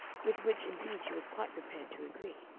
with which indeed she was quite prepared to agree,